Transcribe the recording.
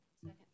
Second